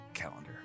calendar